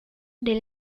del